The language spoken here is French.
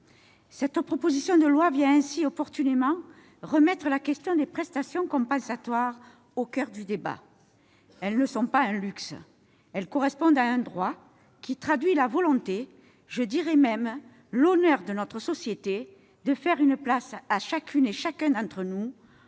Cette proposition de loi vient ainsi opportunément remettre la question des prestations compensatoires au coeur du débat. Elles ne sont pas un luxe. Elles correspondent à un droit, qui traduit la volonté, je dirais même l'honneur de notre société, de faire une place à chacune et chacun d'entre nous.